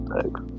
Thanks